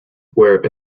were